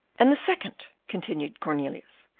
and the second, continued cornelius,